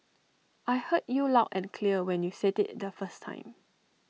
I heard you loud and clear when you said IT the first time